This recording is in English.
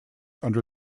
under